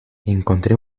encontré